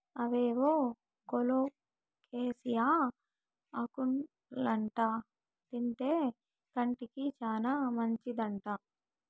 అవేవో కోలోకేసియా ఆకులంట తింటే కంటికి చాలా మంచిదంట